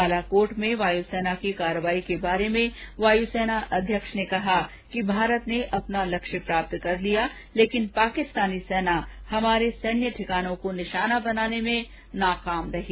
बालाकोट में वायुसेना की कार्रेवाई के बारे में वायुसेना अध्यक्ष ने कहा कि भारत ने अपना लक्ष्य प्राप्त कर लियो लेकिन पाकिस्तानी सेना हमारे सैन्य ठिकानों को निशाना बनाने में नाकाम रही